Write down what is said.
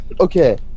Okay